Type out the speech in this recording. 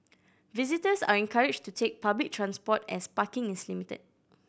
visitors are encouraged to take public transport as parking is limited